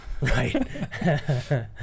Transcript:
Right